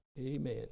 Amen